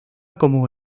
como